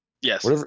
Yes